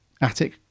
attic